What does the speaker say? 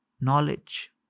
knowledge